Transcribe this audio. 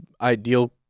ideal